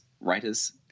writers